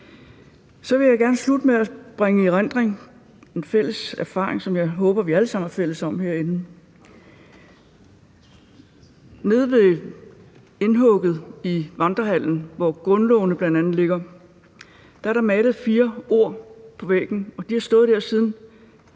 Jeg vil gerne slutte med at bringe en fælles erfaring i erindring, som jeg håber vi alle sammen herinde er fælles om. Nede ved indhugget i Vandrehallen, hvor grundlovene bl.a. ligger, er der malet fire ord på væggen. De har stået der siden